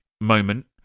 moment